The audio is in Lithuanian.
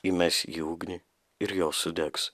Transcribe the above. įmes į ugnį ir jos sudegs